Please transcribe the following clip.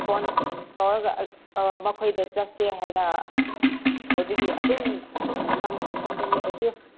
phone ꯇꯧꯔꯒ ꯃꯈꯣꯏꯗ ꯆꯠꯁꯦ ꯍꯥꯏꯅ ꯍꯥꯏꯕꯒꯤ ꯑꯗꯨꯝ ꯅꯪꯕꯨ ꯈꯣꯝꯕꯅꯦ ꯑꯩꯁꯨ